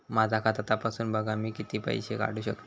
माझा खाता तपासून बघा मी किती पैशे काढू शकतय?